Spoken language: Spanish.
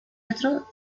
retro